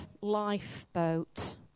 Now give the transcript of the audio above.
lifeboat